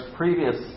previous